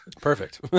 Perfect